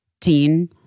teen